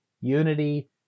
Unity